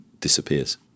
disappears